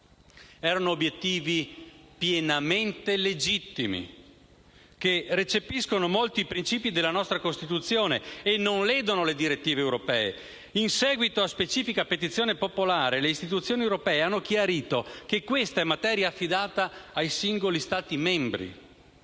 Erano obiettivi pienamente legittimi, che recepiscono molti principi della nostra Costituzione e non ledono le direttive europee. In seguito a specifica petizione popolare, le istituzioni europee hanno chiarito che questa è materia affidata ai singoli Stati membri.